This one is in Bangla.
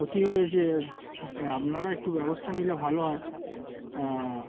ক্ষতি হয়েছে আপনারা একটু ব্যবস্থা নিলে ভালো হয়